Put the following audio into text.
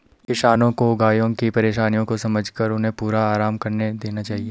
किसानों को गायों की परेशानियों को समझकर उन्हें पूरा आराम करने देना चाहिए